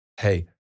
hey